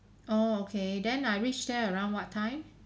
oh okay then I reach there around what time